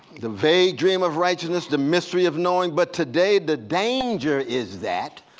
the vague dream of righteousness, the mystery of knowing but today the danger is that.